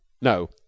No